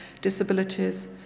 disabilities